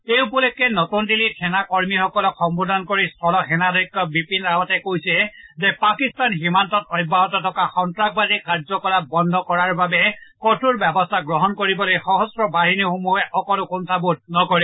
এই উপলক্ষে নতুন দিল্লীত সেনা কৰ্মীসকলক সম্বোধন কৰি স্থলসেনাধ্যক্ষ বিপিন ৰাৱাটে কয় যে পাকিস্তান সীমান্তত অব্যাহত থকা সন্তাসবাহিনীৰ কাৰ্যকলাপ বন্ধ কৰাৰ বাবে কঠোৰ ব্যৱস্থা গ্ৰহণ কৰিবলৈ শসম্ভ বাহিনীসমূহে অকণো কুঠাবোধ নকৰে